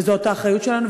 וזאת האחריות שלנו.